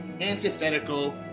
antithetical